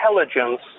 intelligence